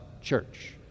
church